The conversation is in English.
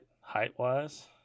height-wise